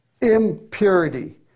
impurity